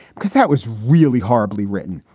because that was really horribly written.